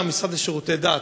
בעיקר המשרד לשירותי דת,